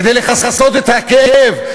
כדי לכסות את הכאב,